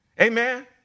Amen